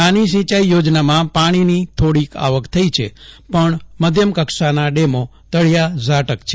નાની સિંચાઇ થોજનામાં પાણીની થોડી આવક થઇ છે પણ મધ્યમકક્ષાના ડેમો તળિયા ઝાટક છે